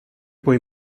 puoi